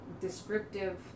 descriptive